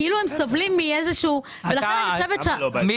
כאילו הם סובלים מאיזשהו ולכן אני חושבת --- אמיר.